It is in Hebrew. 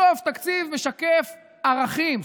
בסוף תקציב משקף ערכים,